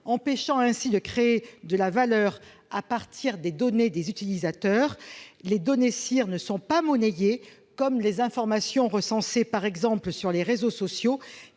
empêchant de créer de la valeur à partir des données des utilisateurs. Les données SIR ne sont pas monnayées comme les informations recensées sur les réseaux sociaux